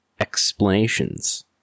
explanations